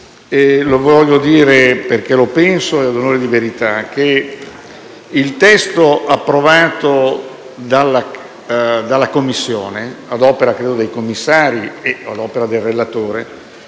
che voglio dire, perché lo penso e ad onore di verità. Il testo approvato dalla Commissione, ad opera dei commissari e del relatore,